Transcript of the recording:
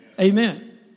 Amen